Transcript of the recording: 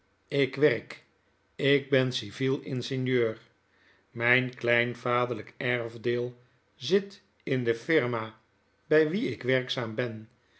ik werk ikben civiel ingenieur myn klein vaderlijk erfdeel zit in de firma by wie ik werkzaam ben